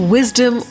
Wisdom